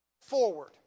forward